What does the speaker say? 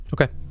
Okay